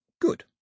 Good